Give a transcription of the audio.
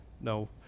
no